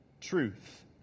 truth